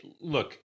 look